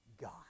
God